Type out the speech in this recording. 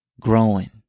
growing